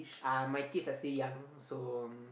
uh my kids are still young so